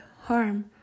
harm